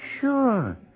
sure